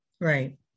Right